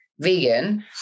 vegan